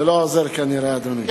זה כנראה לא עוזר, אדוני.